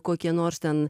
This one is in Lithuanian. kokie nors ten